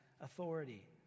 authority